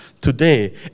today